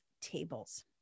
tables